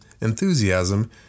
enthusiasm